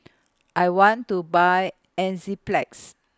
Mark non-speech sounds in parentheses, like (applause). (noise) I want to Buy Enzyplex